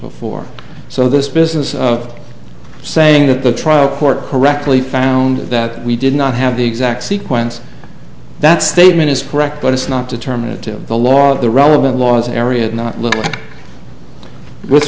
before so this business of saying that the trial court correctly found that we did not have the exact sequence that statement is correct but it's not determinative of the law of the relevant laws in areas not little with